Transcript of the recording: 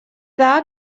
dda